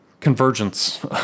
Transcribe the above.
convergence